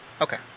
Okay